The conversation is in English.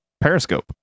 Periscope